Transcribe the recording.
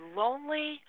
lonely